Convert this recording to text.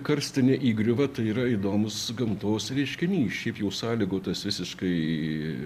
karstinė įgriūva tai yra įdomus gamtos reiškinys šiaip jau sąlygotas visiškai